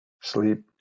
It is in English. sleep